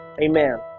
amen